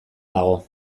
dago